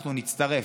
אנחנו נצטרף,